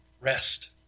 rest